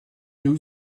new